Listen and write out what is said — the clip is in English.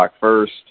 first